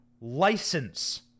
license